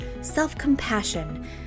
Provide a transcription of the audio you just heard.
self-compassion